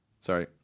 sorry